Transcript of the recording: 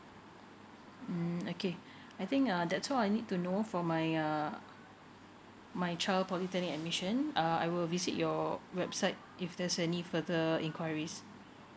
mm okay I think uh that's all I need to know for my uh my child polytechnic admission uh I will visit your website if there's any further enquiries